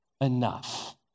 enough